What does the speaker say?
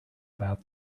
about